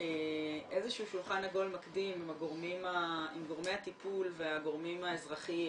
איזה שהוא שולחן עגול עם גורמי הטיפול והגורמים האזרחיים,